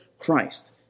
Christ